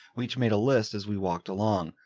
we made a list as we walked along,